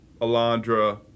Alondra